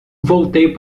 voltei